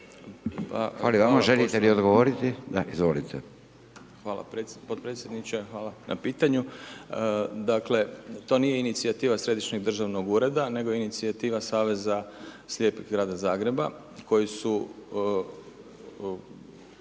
Hvala i vama. Želite li odgovoriti? Da, izvolite. **Gršić, Bernard** Hvala potpredsjedniče, hvala na pitanju. Dakle, to nije inicijativa središnjeg državnog ureda, nego je inicijativa Saveza slijepih grada Zagreba koji su